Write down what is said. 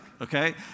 okay